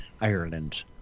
Ireland